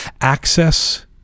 access